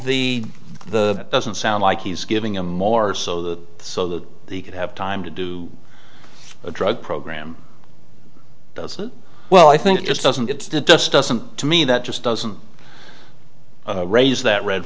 the the doesn't sound like he's giving him more so that so that he could have time to do a drug program does that well i think it just doesn't it it just doesn't to me that just doesn't raise that red